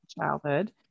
childhood